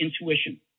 intuition